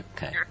Okay